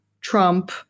Trump